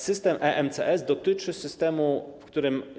System EMCS dotyczy systemu, w którym.